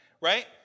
right